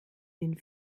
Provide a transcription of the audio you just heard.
den